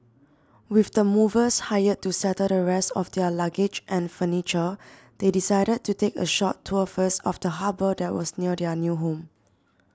with the movers hired to settle the rest of their luggage and furniture they decided to take a short tour first of the harbour that was near their new home